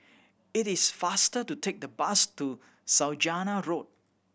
it is faster to take the bus to Saujana Road